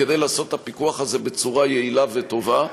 כדי לעשות את הפיקוח הזה בצורה יעילה וטובה.